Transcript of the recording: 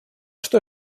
что